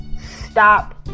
stop